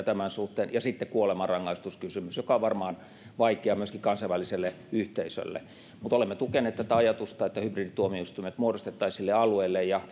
tämän suhteen ja sitten on kuolemanrangaistuskysymys joka on varmaan vaikea myöskin kansainväliselle yhteisölle mutta olemme tukeneet tätä ajatusta että hybridituomioistuimet muodostettaisiin sille alueelle ja